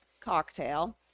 cocktail